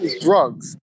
drugs